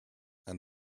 and